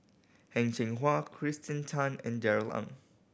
Heng Cheng Hwa Kirsten Tan and Darrell Ang